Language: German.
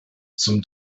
zum